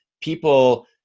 people